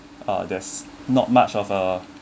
uh that's not much of a